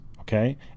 Okay